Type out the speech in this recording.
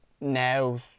now